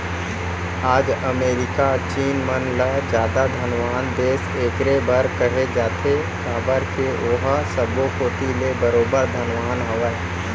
आज अमेरिका चीन मन ल जादा धनवान देस एकरे बर कहे जाथे काबर के ओहा सब्बो कोती ले बरोबर धनवान हवय